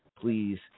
Please